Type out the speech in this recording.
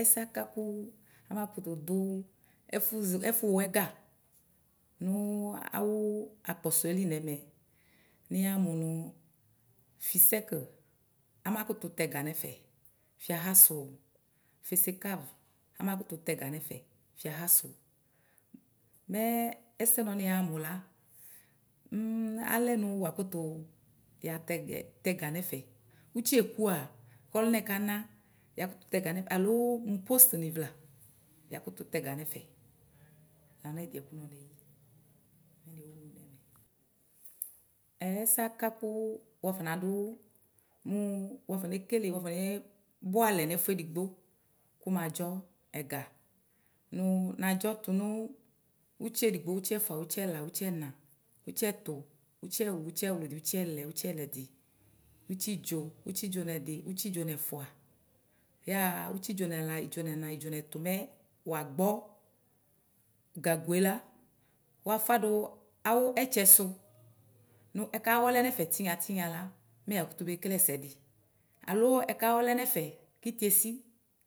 Ɛsɛ aka kʋ amakʋtʋdʋ z ɛfʋwɔ ɛga nʋ awʋ akpɔsɔɛli nɛmɛ neyamʋ nʋ fuisɛk amakʋtʋ tɛ ɛga nɛf̂ɛ fiaha sʋ, fesekav amakʋtʋ tɛ ɛga nɛfɛ fiaha sʋ mɛ ɛsɛ nɔ niyamʋ la um alɛnʋ wakʋtʋ yatɛgɛ tɛ̧̧̌ ɛga nɛfɛ. Ustiekʋa kʋ ɔlʋnɛ ɛkana yakʋtʋ tɛ ɛga nʋ ɛfɛ alo mʋ post nɩ vla yakʋtʋ tɛ ɛga nɛfɛ lanʋ ɛdiɛ nɔ jeyi mɛ newʋnʋ nɛmɛ. Ɛsɛ akakʋ wafɔnadʋ mʋ wafɔne kele mʋ wafɔne bɔalɛ nɛfedigbo kʋ madzɔ ɛga nʋ nadzɔ tʋnʋ ʋtsi edigbo ʋtsi ɛfʋa ʋtsi ɛla ʋtsi ɛna ʋtsi ɛtʋ ʋtsi ɛwlʋdɩ ʋtsi ɛlɛ ʋtsi ɛlɛdɩ ʋtsi idzo ʋtsi idzo nɛdɩ ʋtsi idzo nɛfʋa yaha ʋtsi idzo nɛla idzo nɛna idzo nɛna idzo nɛtʋ mɛ wagbɔ gagoe la wafʋadʋ awʋ ɛtsɛsʋ nʋ ɛka wɔlɛ nʋ ɛfɛ tinya tinya la mɛ yakʋtʋ be kele ɛsɛdɩ alo ɛka wɔlɛ nɛfɛ kitiesi